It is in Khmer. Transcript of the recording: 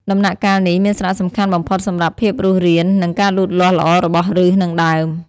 ដំណាក់កាលនេះមានសារៈសំខាន់បំផុតសម្រាប់ភាពរស់រាន និងការលូតលាស់ល្អរបស់ឬស និងដើម។